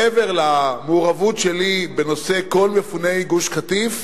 מעבר למעורבות שלי בנושא כל מפוני גוש-קטיף,